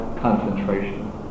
concentration